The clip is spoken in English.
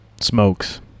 smokes